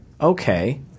okay